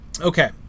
Okay